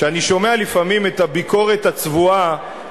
שאני שומע לפעמים את הביקורת הצבועה